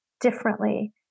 differently